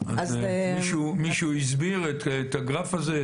אז מישהו הסביר את הגרף הזה?